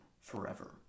forever